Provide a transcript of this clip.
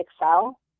Excel